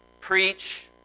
Preach